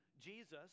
Jesus